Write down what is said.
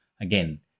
again